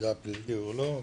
מידע פלילי או לא.